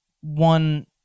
one